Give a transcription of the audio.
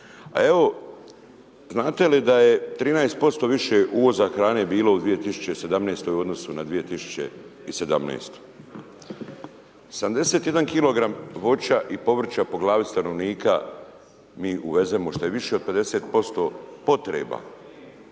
Evo, znate li da je 13% više uvoza hrane bilo u 2018. u odnosu na 2017. 71 kg voća i povrća po glavi stanovnika, mi uvezemo što je više od 50% potreba.